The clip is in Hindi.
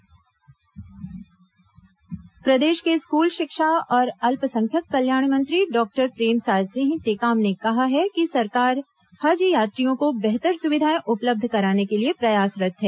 हज यात्री किट वितरण प्रदेश के स्कूल शिक्षा और अल्पसंख्यक कल्याण मंत्री डॉक्टर प्रेमसाय सिंह टेकाम ने कहा है कि सरकार हज यात्रियों को बेहतर सुविधाएं उपलब्ध कराने के लिए प्रयासरत् है